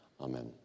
amen